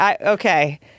Okay